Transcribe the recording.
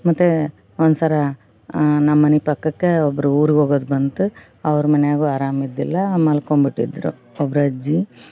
ಮತ್ತೆ ಒಂದ್ಸಲ ನಮ್ಮನೆ ಪಕ್ಕಕ್ಕೆ ಒಬ್ಬರು ಊರ್ಗೆ ಹೋಗೋದು ಬಂತು ಅವ್ರ ಮನ್ಯಾಗು ಆರಾಮ ಇರ್ಲಿಲ್ಲ ಮಲ್ಕೊಂಡ್ಬಿಟ್ಟಿದ್ರು ಒಬ್ಬರು ಅಜ್ಜಿ